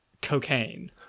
cocaine